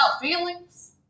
feelings